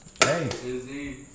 Hey